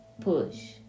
push